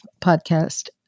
podcast